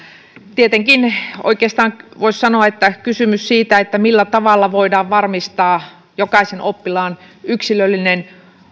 tietenkin oikeastaan voisi sanoa että kysymys on siitä millä tavalla voidaan varmistaa jokaisen oppilaan yksilöllinen